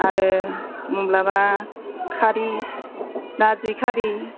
आरो माब्लाबा खारै नारजि खारै